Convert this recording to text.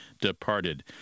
Departed